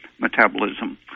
metabolism